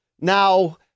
now